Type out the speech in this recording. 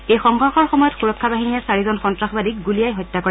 এই সংঘৰ্ষৰ সময়ত সুৰক্ষা বাহিনীয়ে চাৰিজন সন্নাসবাদীক গুলিয়াই হত্যা কৰে